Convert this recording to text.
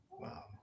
Wow